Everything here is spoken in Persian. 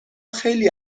خیلی